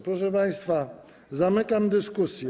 Proszę państwa, zamykam dyskusję.